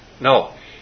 No